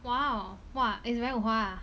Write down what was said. !wow! !wah! it's very 划